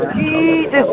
Jesus